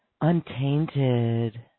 untainted